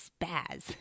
spaz